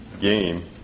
game